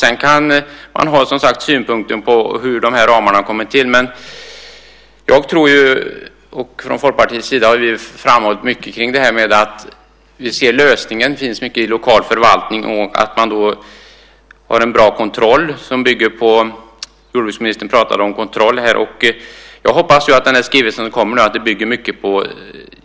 Sedan kan man ha synpunkter på hur de här ramarna har kommit till. Från Folkpartiets sida har vi framhållit att vi ser lösningen i lokal förvaltning och att man har en bra kontroll. Jordbruksministern talar här om kontroll. Jag hoppas mycket på den skrivelse som kommer.